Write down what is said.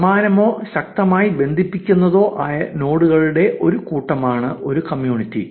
സമാനമോ ശക്തമായി ബന്ധിപ്പിക്കുന്നതോ ആയ നോഡുകളുടെ ഒരു കൂട്ടമാണ് ഒരു കമ്മ്യൂണിറ്റി